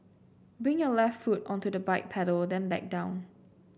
bring your left foot onto the bike pedal then back down